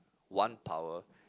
one power